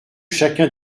chacun